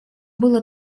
было